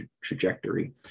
trajectory